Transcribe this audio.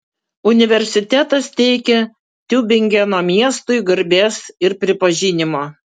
universitetas teikia tiubingeno miestui garbės ir pripažinimo